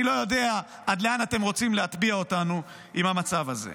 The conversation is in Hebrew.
אני לא יודע עד לאן אתם רוצים להטביע אותנו עם המצב הזה.